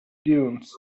dunes